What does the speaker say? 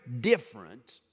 different